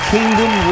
Kingdom